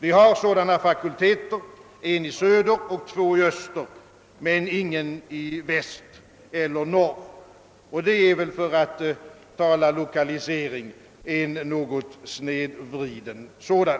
Vi har sådana fakulteter, en i söder och två i öster, men ingen i väster eller i norr, och det är väl för att tala lokalisering en något snedvriden sådan.